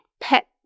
pet